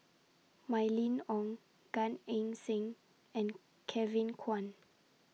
Mylene Ong Gan Eng Seng and Kevin Kwan